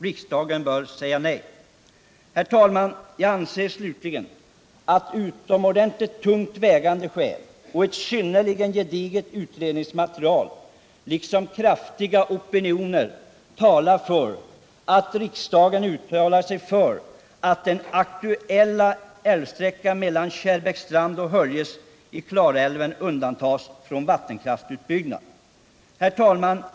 Riksdagen bör säga nej till en utbyggnad. Herr talman! Jag anser slutligen att utomordentligt tungt vägande skäl och ett synnerligen gediget utredningsmaterial liksom kraftiga opinioner talar för att riksdagen uttalar sig för att den aktuella älvsträckan mellan Kärrbäcksstrand och Höljes i Klarälven undantas från vattenkraftsutbyggnad.